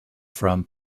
from